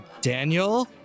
Daniel